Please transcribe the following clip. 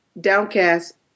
downcast